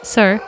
Sir